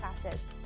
classes